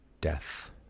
death